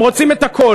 הם רוצים את הכול.